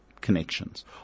connections